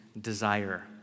desire